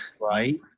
right